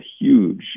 huge